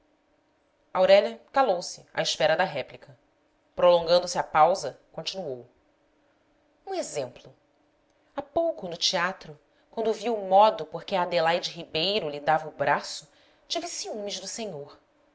aurélia calou-se à espera da réplica prolongando se a pausa continuou um exemplo há pouco no teatro quando vi o modo por que a adelaide ribeiro lhe dava o braço tive ciúmes do senhor